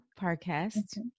podcast